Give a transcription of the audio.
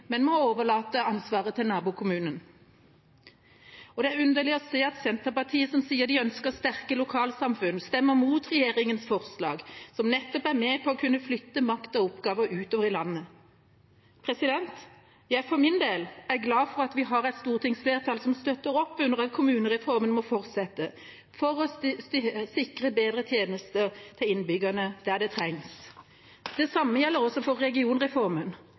men må overlate ansvaret til nabokommunen? Det er også underlig å se at Senterpartiet, som sier de ønsker sterke lokalsamfunn, stemmer mot regjeringas forslag, som nettopp er med på å kunne flytte makt og oppgaver utover i landet. Jeg for min del er glad for at vi har et stortingsflertall som støtter opp under at kommunereformen må fortsette, for å sikre bedre tjenester til innbyggerne der det trengs. Det samme gjelder også for regionreformen,